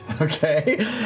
Okay